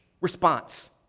response